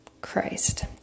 Christ